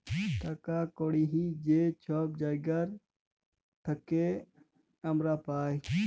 টাকা কড়হি যে ছব জায়গার থ্যাইকে আমরা পাই